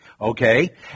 Okay